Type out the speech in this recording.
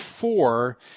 four